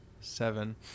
Seven